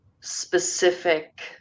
specific